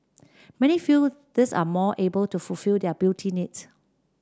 many feel these are more able to fulfil their beauty needs